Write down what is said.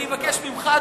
אני מבקש ממך,